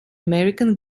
american